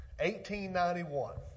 1891